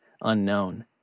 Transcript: Unknown